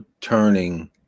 turning